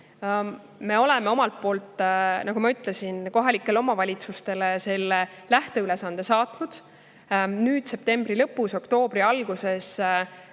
Me oleme, nagu ma ütlesin, kohalikele omavalitsustele selle lähteülesande saatnud. Septembri lõpus või oktoobri alguses